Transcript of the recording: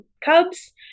cubs